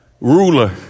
ruler